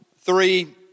three